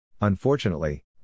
Unfortunately